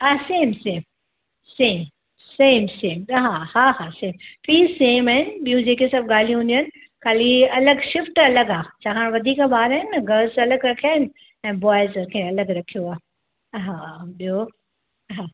हा same same same same same हा हा सेम फ़ीस सेम आहिनि बि॒यूं जेके सभु ॻाल्हियूं हूंदियूं आहिनि ख़ाली अलॻि शिफ़्ट अलॻि आहे छाकाण त वधीक ॿार आहिनि न गर्ल्स अलॻि रखिया आहिनि ऐं बॉइज़ खे अलॻि रखियो आहे हा बि॒यो हा